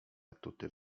atuty